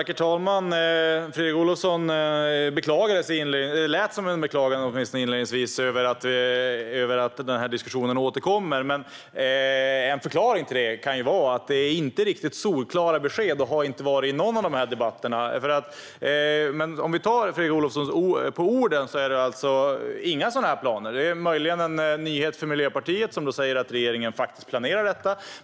Herr talman! Det lät som om Fredrik Olovsson inledningsvis beklagade sig över att denna diskussion återkommer. Men en förklaring till det kan vara att det inte är riktigt solklara besked, och det har inte varit i någon av dessa debatter. Om vi tar Fredrik Olovsson på orden finns det alltså inte några sådana planer. Det är möjligen en nyhet för Miljöpartiet, som säger att regeringen faktiskt planerar detta.